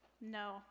No